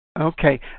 okay